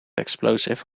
explosive